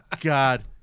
God